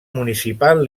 municipal